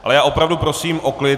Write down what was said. Ale já opravdu prosím o klid.